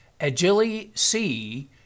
Agili-C